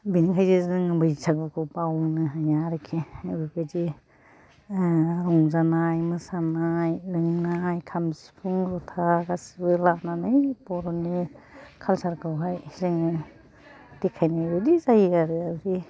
बेनिखायनो जोङो बैसागुखौ बावनो हाया आरोखि ओरैबादि रंजानाय मोसानाय लोंनाय खाम सिफुं जथा गासिबो लानानै बर'नि काल्सारखौहाय जोङो देखायनाय बादि जायो आरो